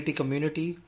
community